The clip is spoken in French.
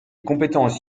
compétences